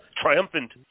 triumphant